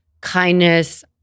kindness